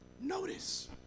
Notice